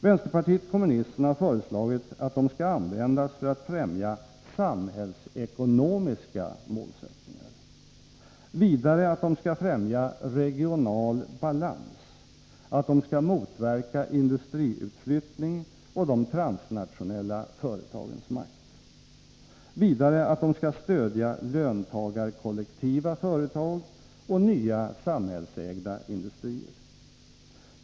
Vänsterpartiet kommunisterna har föreslagit att de skall användas för att främja samhällsekonomiska målsättningar. Vidare att de skall främja regional balans, att de skall motverka industriutflyttning och de transnationella företagens makt. Vidare att de skall stödja löntagarkollektiva företag och nya samhällsägda industrier.